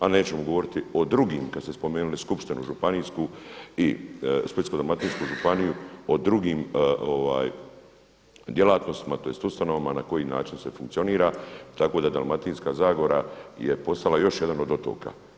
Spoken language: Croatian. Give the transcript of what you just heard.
A nećemo govoriti o drugim kada ste spomenuli skupštinu županijsku i Splitsko-dalmatinsku županiju o drugim djelatnostima tj. ustanovama na koji način se funkcionira, tako da Dalmatinska zagora je postala još jedan od otoka.